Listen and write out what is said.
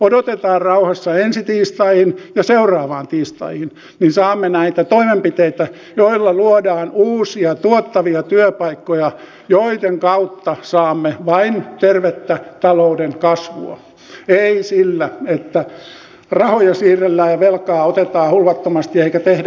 odotetaan rauhassa ensi tiistaihin ja seuraavaan tiistaihin niin saamme näitä toimenpiteitä joilla luodaan uusia tuottavia työpaikkoja joiden kautta saamme vain tervettä talouden kasvua ei sillä että rahoja siirrellään ja velkaa otetaan hulvattomasti eikä tehdä mitään